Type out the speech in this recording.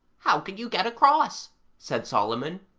how could you get across said solomon.